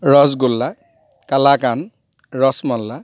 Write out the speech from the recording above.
rasgulla kalakand rasmalai